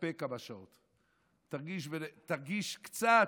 תתאפק כמה שעות, תרגיש קצת,